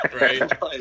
right